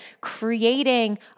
creating